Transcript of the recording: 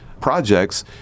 projects